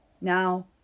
Now